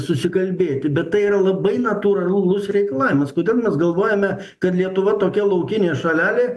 susikalbėti bet tai yra labai natūralus reikalavimas kodėl mes galvojame kad lietuva tokia laukinė šalelė